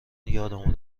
یادمون